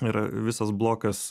yra visas blokas